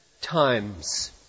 times